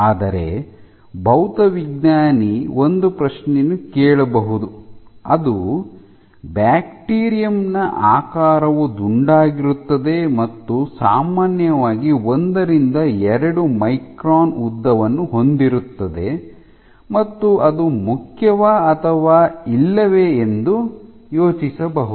ಆದರೆ ಭೌತವಿಜ್ಞಾನಿ ಒಂದು ಪ್ರಶ್ನೆಯನ್ನು ಕೇಳಬಹುದು ಅದು ಬ್ಯಾಕ್ಟೀರಿಯಂ ನ ಆಕಾರವು ದುಂಡಾಗಿರುತ್ತದೆ ಮತ್ತು ಸಾಮಾನ್ಯವಾಗಿ ಒಂದರಿಂದ ಎರಡು ಮೈಕ್ರಾನ್ ಉದ್ದವನ್ನು ಹೊಂದಿರುತ್ತದೆ ಮತ್ತು ಅದು ಮುಖ್ಯವಾ ಅಥವಾ ಇಲ್ಲವೇ ಎಂದು ಯೋಚಿಸಬಹುದು